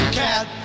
cat